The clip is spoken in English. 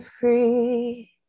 free